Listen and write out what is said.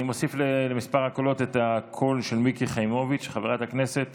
אני מוסיף למספר הקולות את הקול של חברת הכנסת